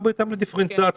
וגם בהתאם לדיפרנציאציה.